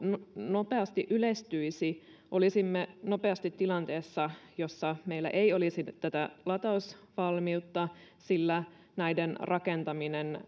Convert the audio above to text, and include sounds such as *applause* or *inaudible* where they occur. nopeasti yleistyisi olisimme nopeasti tilanteessa jossa meillä ei olisi tätä latausvalmiutta sillä näiden rakentaminen *unintelligible*